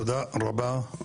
תודה רבה.